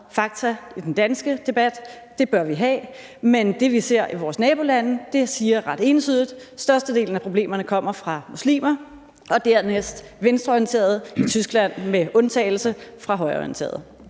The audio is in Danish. fakta i den danske debat. Det bør vi have, men det, vi ser i vores nabolande, siger ret entydigt, at størstedelen af problemerne kommer fra muslimer og dernæst fra venstreorienterede, bortset fra Tyskland, hvor det kommer fra højreorienterede.